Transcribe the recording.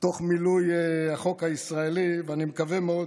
תוך מילוי החוק הישראלי, ואני מקווה מאוד